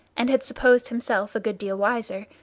and had supposed himself a good deal wiser,